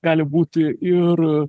gali būti ir